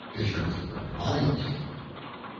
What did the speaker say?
bitterly reviled him.